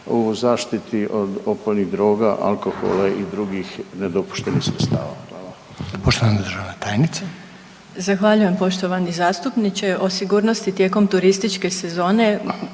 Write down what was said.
u zaštiti od opojnih droga, alkohola i drugih nedopuštenih sredstava?